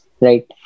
right